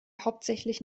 hauptsächlich